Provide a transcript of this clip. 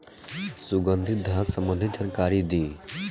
सुगंधित धान संबंधित जानकारी दी?